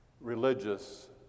religious